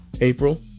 April